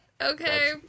Okay